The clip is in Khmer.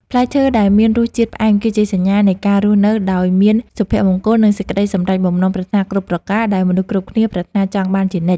ផ្លែឈើដែលមានរសជាតិផ្អែមគឺជាសញ្ញានៃការរស់នៅដោយមានសុភមង្គល និង សេចក្តីសម្រេចបំណងប្រាថ្នាគ្រប់ប្រការដែលមនុស្សគ្រប់គ្នាប្រាថ្នាចង់បានជានិច្ច។